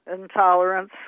intolerance